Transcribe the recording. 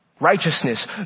Righteousness